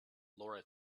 laura